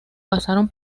pasaron